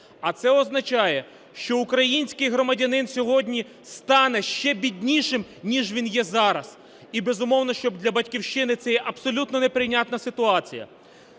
А це означає, що український громадянин сьогодні стане ще біднішим, ніж він є зараз. І, безумовно, що для "Батьківщини" це є абсолютно неприйнятна ситуація.